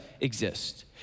exist